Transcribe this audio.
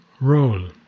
role